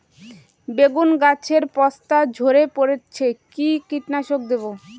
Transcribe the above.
বেগুন গাছের পস্তা ঝরে পড়ছে কি কীটনাশক দেব?